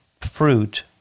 fruit